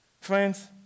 Friends